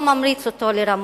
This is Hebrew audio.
או ממריץ אותו לרמות.